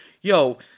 yo